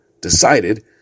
decided